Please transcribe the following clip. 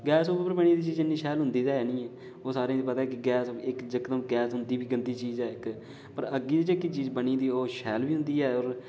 gas उप्पर बनी दी चीज़ इन्नी शैल होंदी गै नी औह् सारे गी पता ऐ इकदम गैस उप्पर गैस होंदी बी गन्दी चीज़ ऐ पर अग्गी र जेह्की चीज़ बनी दे होऐ शैल बा होंदी ऐ ते